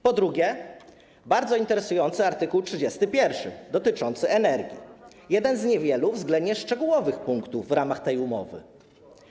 Po drugie, bardzo interesujący jest art. 31 dotyczący energii, jeden z niewielu względnie szczegółowych punktów w ramach tej umowy.